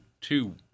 two